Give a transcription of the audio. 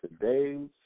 today's